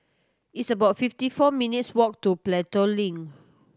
it's about fifty four minutes' walk to Pelton Link